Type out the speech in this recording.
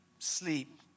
sleep